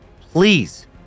Please